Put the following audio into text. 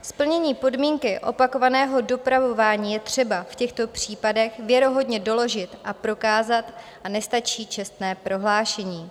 Splnění podmínky opakovaného dopravování je třeba v těchto případech věrohodně doložit a prokázat a nestačí čestné prohlášení.